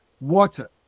water